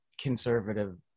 conservative